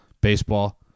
baseball